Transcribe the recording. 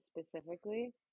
specifically